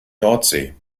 nordsee